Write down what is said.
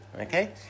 Okay